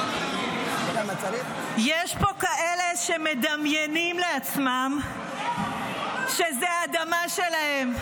--- יש פה כאלה שמדמיינים לעצמם שזאת האדמה שלהם.